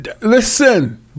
Listen